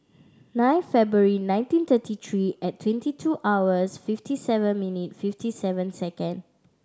nine February nineteen thirty three at twenty two hours fifty seven minute fifty seven second